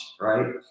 right